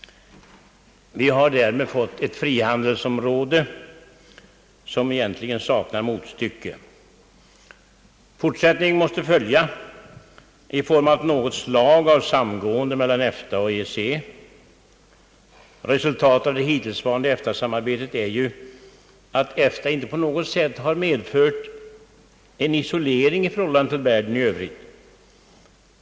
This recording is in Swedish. Vi har därmed fått ett frihandelsområde som saknar motstycke. Fortsättning måste följa i form av något slags samgående mellan EFTA och EEC. Resultatet av det hittillsvarande EFTA-samarbetet är ju att EFTA på intet sätt har inneburit någon isolering i förhållande till världen i övrigt.